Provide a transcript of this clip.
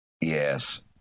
Yes